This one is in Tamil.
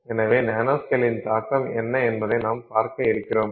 எனவே நானோஸ்கேலின் தாக்கம் என்ன என்பதை நாம் பார்க்க இருக்கிறோம்